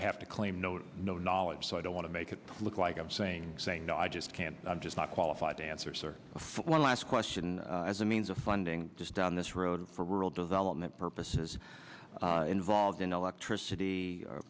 have to claim no no knowledge so i don't want to make it look like i'm saying i just can't i'm just not qualified to answer for one last question as a means of funding just down this road for rural development purposes involved in electricity